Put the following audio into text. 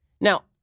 Now